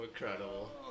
incredible